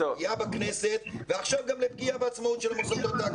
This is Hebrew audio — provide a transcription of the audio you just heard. לפגיעה בכנסת ועכשיו גם לפגיעה בעצמאות של המוסדות להשכלה גבוהה.